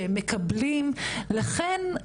שהם "מקבלים" ולכן,